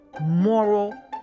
moral